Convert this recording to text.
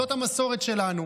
זאת המסורת שלנו.